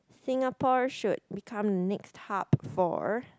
Singaporean should become next hub for